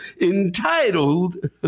entitled